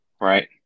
Right